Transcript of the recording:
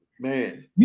man